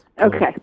Okay